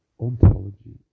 ontology